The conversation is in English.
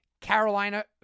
Carolina